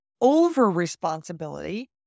over-responsibility